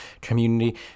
community